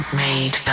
made